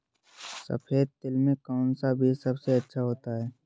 सफेद तिल में कौन सा बीज सबसे अच्छा होता है?